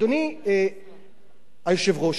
אדוני היושב-ראש,